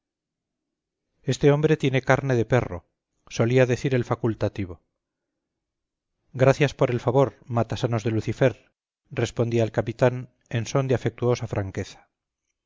este hombre tiene carne de perro solía decir el facultativo gracias por el favor matasanos de lucifer respondía el capitán en son de afectuosa franqueza